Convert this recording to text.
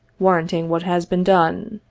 warranting what has been done.